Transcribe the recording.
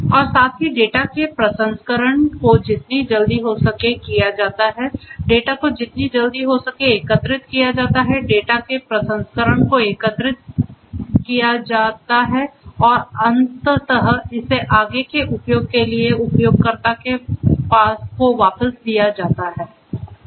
और साथ ही डेटा के प्रसंस्करण को जितनी जल्दी हो सके किया जाता है डेटा को जितनी जल्दी हो सके एकत्र किया जाता है डेटा के प्रसंस्करण को एकत्र किया जाता है और अंततः इसे आगे के उपयोग के लिए उपयोगकर्ता को वापस दिया जाता है